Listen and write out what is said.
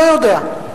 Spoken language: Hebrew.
לא יודע.